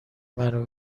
منو